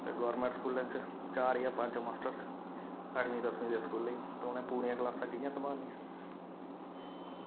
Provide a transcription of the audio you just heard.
ते गौरमेंट स्कूलें च चार जां पंज मास्टर अठमीं दसमीं दे स्कूलें लेई ते उनें पूरियां क्लासां कि'यां संभालनियां